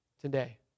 today